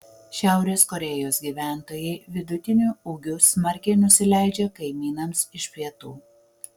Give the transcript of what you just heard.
šiaurės korėjos gyventojai vidutiniu ūgiu smarkiai nusileidžia kaimynams iš pietų